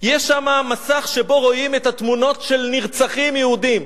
יש מסך שבו רואים את התמונות של נרצחים יהודים.